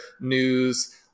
news